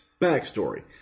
Backstory